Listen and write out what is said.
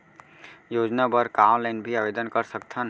योजना बर का ऑनलाइन भी आवेदन कर सकथन?